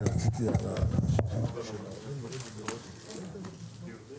הישיבה ננעלה בשעה 13:20.